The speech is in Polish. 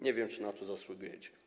Nie wiem, czy na to zasługujecie.